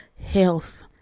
health